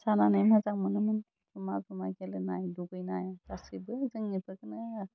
जानानै मोजां मोनोमोन गुमा गुमा गेलेनाय दुगैनाय गासिबो जों बेफोरखौनो